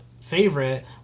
favorite